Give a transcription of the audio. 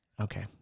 okay